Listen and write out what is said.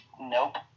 Nope